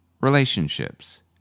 relationships